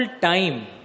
time